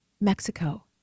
Mexico